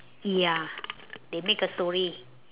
ya they make a story